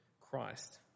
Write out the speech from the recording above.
Christ